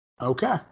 Okay